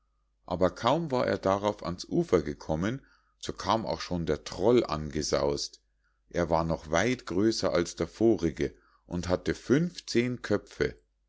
aber war er darauf ans ufer gekommen so kam auch schon der troll angesaus't er war noch weit größer als der vorige und hatte funfzehn köpfe